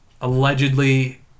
allegedly